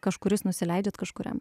kažkuris nusileidžiat kažkuriam